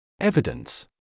Evidence